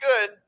good